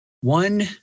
one